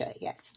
yes